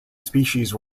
species